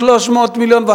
1.3 מיליון,